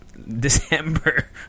December